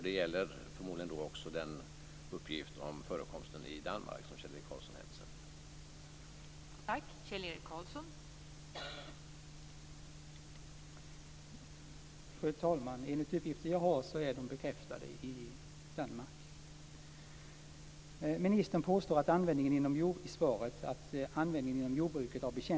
Det gäller förmodligen också den uppgift om förekomsten i Danmark som Kjell-Erik Karlsson hänvisar till.